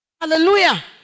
Hallelujah